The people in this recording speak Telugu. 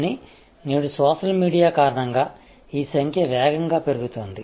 కానీ నేడు సోషల్ మీడియా కారణంగా ఈ సంఖ్య వేగంగా పెరుగుతోంది